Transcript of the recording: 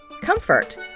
comfort